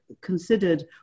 considered